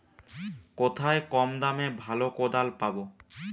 কোথায় কম দামে ভালো কোদাল পাব?